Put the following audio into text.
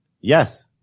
Yes